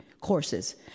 courses